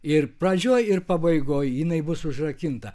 ir pradžioje ir pabaigoje jinai bus užrakinta